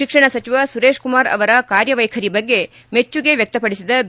ಶಿಕ್ಷಣ ಸಚಿವ ಸುರೇಶಕುಮಾರ್ ಅವರ ಕಾರ್ಯವ್ಯಖರಿ ಬಗ್ಗೆ ಮೆಚ್ಚುಗೆ ವ್ವತ್ತಪಡಿಸಿದ ಬಿ